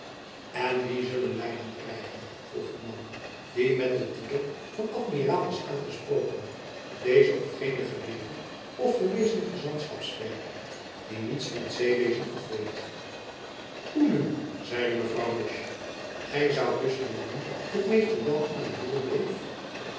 en wien zullen wy dan krijgen vroeg de man die met den tytel van amiraal was aangesproken dezen of genen geleerde of gewezen gezantschapsklerk die niets van't zeewezen af weet hoe nu zeide mevrouw musch gy zoudt dus verlangen dat mr jan aan't roer bleef